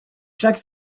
chaque